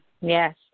Yes